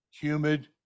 humid